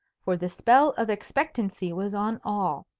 for the spell of expectancy was on all.